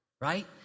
Right